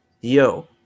yo